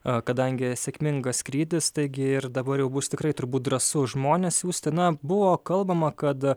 o kadangi sėkmingas skrydis staigi ir dabar jau bus tikrai turbūt drąsu žmonės siųsti buvo kalbama kad